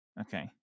Okay